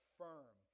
firm